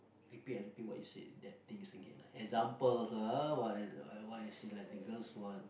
repeat and repeat what you say that thing again examples lah ah what the girls want